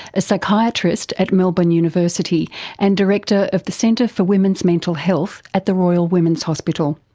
a psychiatrist at melbourne university and director of the centre for women's mental health at the royal women's hospital.